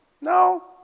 No